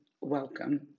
welcome